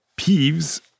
Peeves